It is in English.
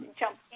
jump